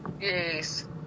yes